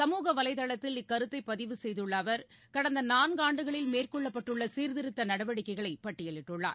சமூகவைதளத்தில் இக்கருத்தைபதிவு செய்துள்ளஅவர் கடந்தநான்காண்டுகளில் மேற்கொள்ளப்பட்டுள்ளசீர்த்திருத்தநடவடிக்கைகளைபட்டியலிட்டுள்ளார்